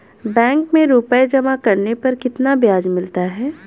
Bank में रुपये जमा करने पर कितना ब्याज मिलता है?